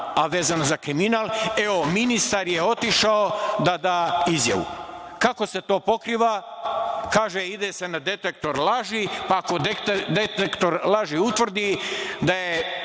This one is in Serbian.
a vezano za kriminal, evo ministar je otišao da da izjavu. Kako se to pokriva? Kaže, ide se na detektor laži, pa ako detektor laži utvrdi da je